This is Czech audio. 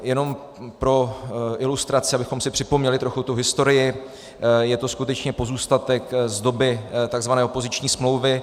Jenom pro ilustraci, abychom si připomněli trochu tu historii, je to skutečně pozůstatek z doby tzv. opoziční smlouvy.